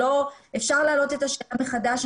אפשר להעלות את השאלה מחדש,